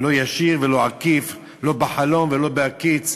לא ישיר ולא עקיף, לא בחלום ולא בהקיץ,